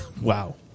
Wow